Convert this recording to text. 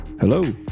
Hello